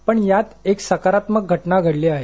पण यात एक सकारात्मक घटना घडली आहे